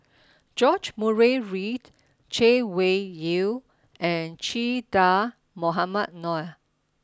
George Murray Reith Chay Weng Yew and Che Dah Mohamed Noor